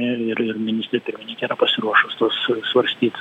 ir ir ministrė pirmininkė yra pasiruošusios svarstyt